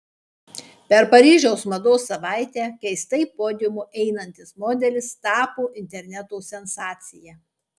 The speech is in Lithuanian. per paryžiaus mados savaitę keistai podiumu einantis modelis tapo interneto sensacija